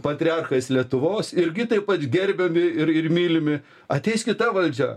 patriarchais lietuvos irgi taip pat gerbiami ir ir mylimi ateis kita valdžia